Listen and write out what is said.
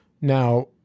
Now